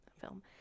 Film